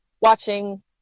watching